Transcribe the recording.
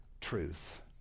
truth